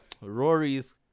Rory's